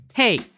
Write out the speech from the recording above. Hey